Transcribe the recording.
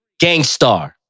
Gangstar